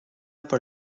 por